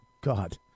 God